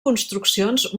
construccions